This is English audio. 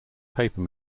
paper